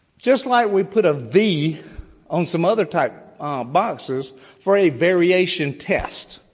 just like we put a v on some other type boxes for a variation test,